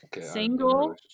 Single